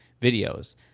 videos